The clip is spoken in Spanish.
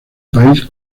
país